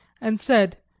and said,